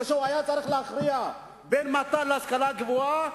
כשהוא היה צריך להכריע לגבי מתן להשכלה הגבוהה,